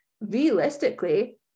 realistically